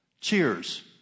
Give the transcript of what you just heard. cheers